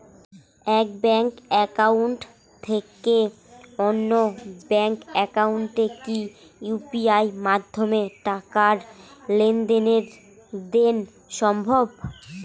এক bank account থেকে অন্য ব্যাংক একাউন্টে কি ইউ.পি.আই মাধ্যমে টাকার লেনদেন দেন সম্ভব?